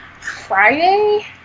Friday